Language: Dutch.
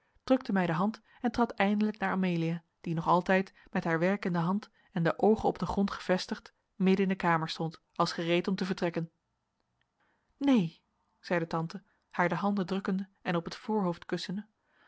drukte mij de hand en trad eindelijk naar amelia die nog altijd met haar werk in de hand en de oogen op den grond gevestigd midden in de kamer stond als gereed om te vertrekken neen zeide tante haar de handen drukkende en op het voorhoofd kussende